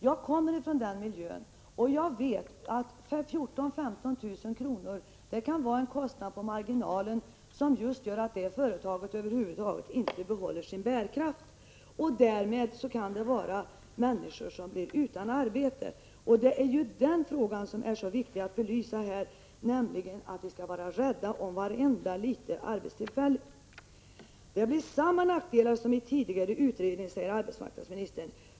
Jag kommer från den miljön, och jag vet att 14 000-15 000 kr. kan innebära en kostnad på marginalen som gör att företaget inte behåller sin bärkraft. Därmed kan människor bli utan arbete. Det som det är så viktigt att belysa här är att vi skall vara rädda om vartenda litet arbetstillfälle. Det blir samma nackdelar som i tidigare utredning, säger arbetsmarknadsministern.